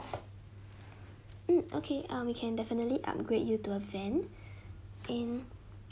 hmm okay uh we can definitely upgrade you to a van and